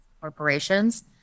corporations